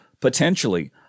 potentially